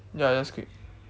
ya just click